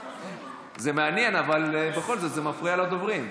זה מעניין, אבל בכל זאת זה מפריע לדוברים.